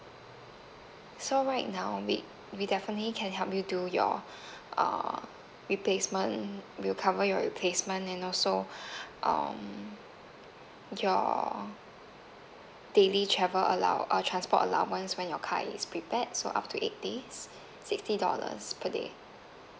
so right now we we definitely can help do your uh replacement we'll cover your replacement and also um your daily travel allow~ uh transport allowance when your car is prepared so up to eight days sixty dollars per day